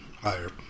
higher